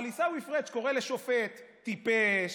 אבל עיסאווי פריג' קורא לשופט טיפש,